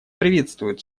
приветствует